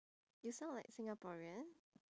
you sound like singaporean